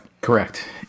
Correct